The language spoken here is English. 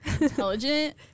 intelligent